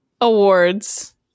awards